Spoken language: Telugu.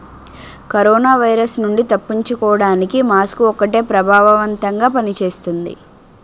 కరోనా వైరస్ నుండి తప్పించుకోడానికి మాస్కు ఒక్కటే ప్రభావవంతంగా పని చేస్తుంది